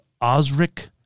Osric